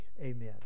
Amen